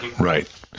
right